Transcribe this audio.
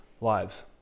lives